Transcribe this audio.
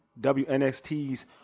WNXT's